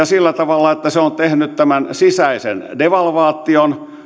sillä tavalla että se on on tehnyt tämän sisäisen devalvaation